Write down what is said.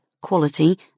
quality